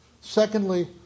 Secondly